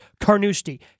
Carnoustie